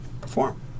perform